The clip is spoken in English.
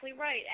right